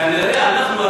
כנראה אנחנו,